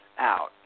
out